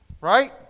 Right